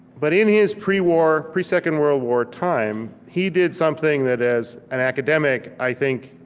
but in his pre-war, pre-second world war time, he did something that as an academic, i think,